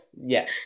Yes